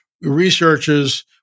researchers